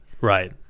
Right